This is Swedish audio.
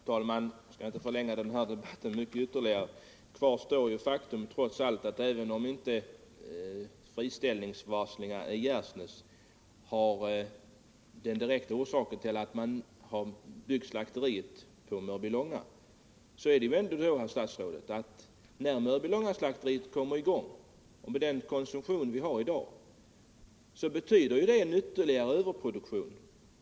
Herr talman! Jag skall inte förlänga den här debatten mycket till. Kvar står trots allt faktum, att även om inte friställningsvarslet i Gärsnäs är direkt orsakat av att man har byggt slakteriet i Mörbylånga, betyder ändå Mörbylångaslakteriet — med den konsumtion vi har i dag — en ytterligare överproduktion.